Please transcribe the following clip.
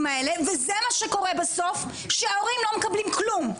האלה וזה מה שקורה בסוף שההורים לא מקבלים כלום,